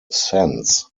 sense